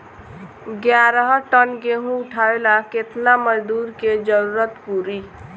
ग्यारह टन गेहूं उठावेला केतना मजदूर के जरुरत पूरी?